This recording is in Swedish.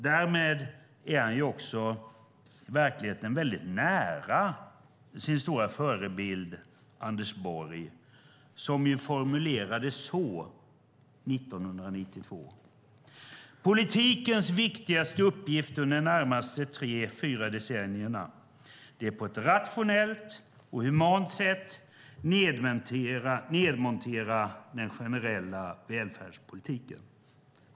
Därmed är han också i verkligheten mycket nära sin stora förebild Anders Borg som 1992 formulerade sig på följande sätt: Politikens viktigaste uppgift under de närmaste tre fyra decennierna är att på ett rationellt och humant sätt nedmontera den generella välfärdspolitiken.